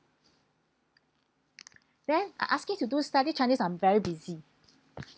then I asking to do study chinese I'm very busy